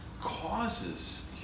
causes